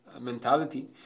mentality